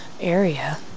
area